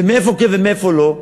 ומאיפה כן ומאיפה לא.